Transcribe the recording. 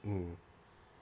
mm